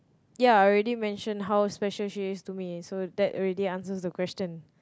ya I already mentioned how special she is to me so that already answers the question